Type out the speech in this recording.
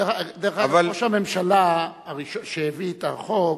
דרך אגב, ראש הממשלה שהביא את החוק,